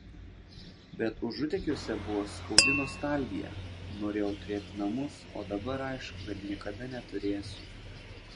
bet užutekiuose buvo skaudi nostalgija norėjau turėti namus o dabar aišku kad niekada neturėsiu